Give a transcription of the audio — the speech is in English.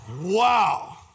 Wow